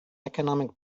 economic